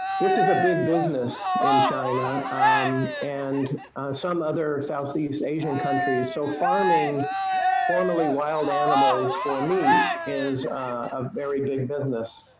this is a big business in china and some other southeast asian countries so farming formerly wild animals for meat is a very big business